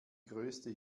größte